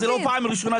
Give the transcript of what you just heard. בנוסף,